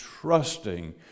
trusting